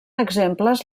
exemples